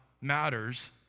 matters